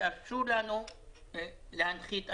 תאפשרו לנו להנחית אנשים.